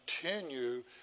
continue